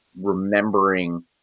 remembering